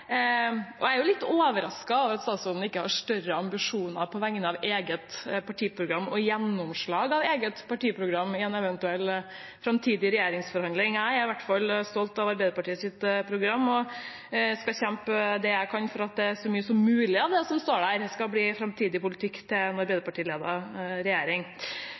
Jeg er litt overrasket over at statsråden ikke har større ambisjoner på vegne av eget partiprogram og gjennomslag for eget partiprogram i eventuelle framtidige regjeringsforhandlinger. Jeg er i hvert fall stolt av Arbeiderpartiets program og skal kjempe det jeg kan for at så mye som mulig av det som står der, skal bli framtidig politikk for en arbeiderpartiledet regjering.